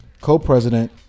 co-president